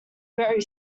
very